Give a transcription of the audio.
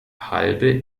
halbe